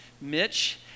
Mitch